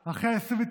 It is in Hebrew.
איתן.